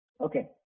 Okay